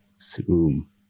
Zoom